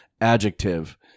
Adjective